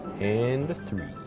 and a three.